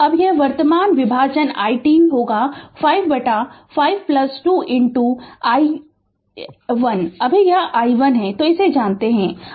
अब यह वर्तमान विभाजन i t होगा 5 बटा 5 2 i 1 अभी यह i 1 तो इसे जानते है i 1 को जानते है